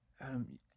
Adam